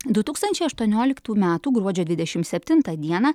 du tūkstančiai aštuonioliktų metų gruodžio dvidešim septintą dieną